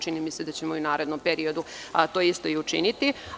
Čini mi se da ćemo i u narednom periodu, to takođe učiniti.